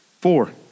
Four